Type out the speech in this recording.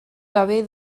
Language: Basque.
gabe